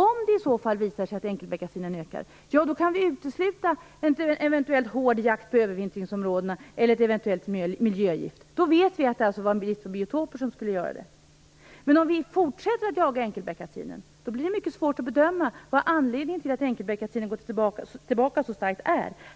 Om det i så fall visar sig att enkelbeckasinen ökar kan vi utesluta en eventuell för hård jakt i övervintringsområdena och ett eventuellt miljögift. Då vet vi att det alltså var biotopen det berodde på. Men om vi fortsätter att jaga enkelbeckasin blir det mycket svårt att bedöma vad anledningen är till att enkelbeckasinen har gått tillbaka så starkt.